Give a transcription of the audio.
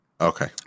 okay